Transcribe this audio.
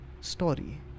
story